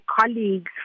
colleagues